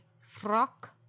frock